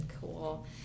cool